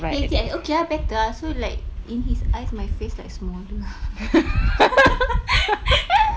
lazy eye okay ah better ah so like in his eyes my face like smaller